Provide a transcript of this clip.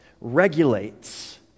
regulates